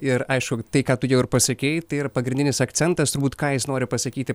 ir aišku tai ką tu jau ir pasakei tai yra pagrindinis akcentas turbūt ką jis nori pasakyti